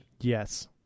Yes